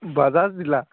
Bajaj dealer